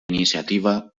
iniciativa